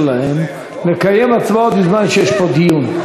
להם לקיים הצבעות בזמן שיש פה דיון.